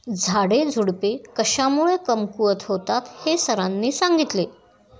झाडेझुडपे कशामुळे कमकुवत होतात हे सरांनी सांगितले